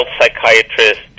psychiatrist